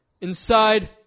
inside